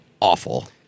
awful